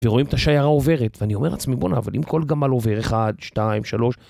ורואים את השיירה עוברת, ואני אומר לעצמי, בוא'נה, אבל אם כל גמל עובר, אחד, שתיים, שלוש...